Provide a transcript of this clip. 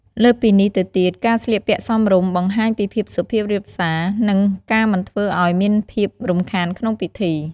លើសពីនេះទៅទៀតការស្លៀកពាក់សមរម្យ បង្ហាញពីភាពសុភាពរាបសារ និងការមិនធ្វើអោយមានភាពរំខានក្នុងពិធី។